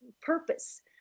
purpose